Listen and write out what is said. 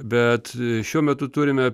bet šiuo metu turime